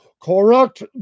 correct